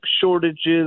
shortages